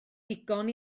digon